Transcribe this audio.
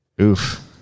Oof